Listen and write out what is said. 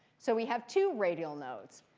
so we have two radial nodes.